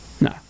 No